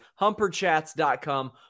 HumperChats.com